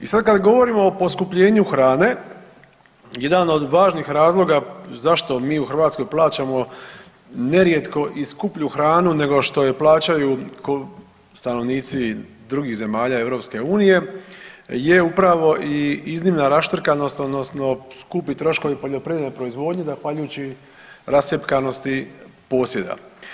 I sada kada govorimo o poskupljenju hrane jedan od važnih razloga zašto mi u Hrvatskoj plaćamo nerijetko i skuplju hranu nego što ju plaćaju stanovnici drugih zemalja Europske unije je upravo i iznimna raštrkanost odnosno skupi troškovi poljoprivredne proizvodnje zahvaljujući rascjepkanosti posjeda.